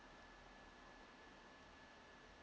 uh